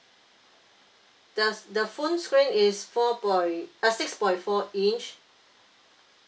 does the phone screen is four point uh six point four inch